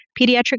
pediatric